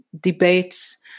debates